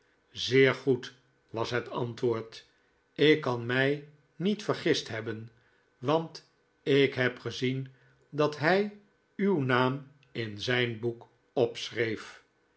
zeer goed was het antwoord ikkanmij niet vergist hebben want ik heb gezien dat hij uw naam in zijn boek